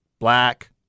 Black